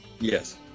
yes